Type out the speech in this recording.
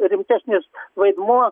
rimtesnis vaidmuo